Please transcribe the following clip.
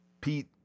Pete